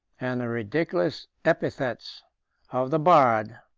and the ridiculous epithets of the bard,